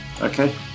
Okay